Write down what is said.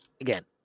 again